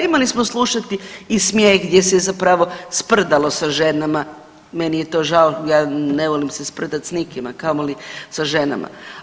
Imali smo slušati i smijeh gdje se zapravo sprdalo sa ženama, meni je to žao, ja ne volim se sprdati s nikim, a kamoli sa ženama.